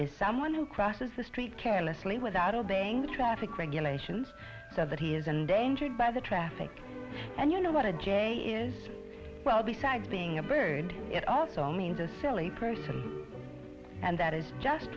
is someone who crosses the street carelessly without obeying the traffic regulations so that he isn't dangerous by the traffic and you know what a j is well besides being a bird it also means a silly person and that is just